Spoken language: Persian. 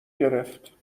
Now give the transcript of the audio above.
گرفت